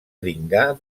dringar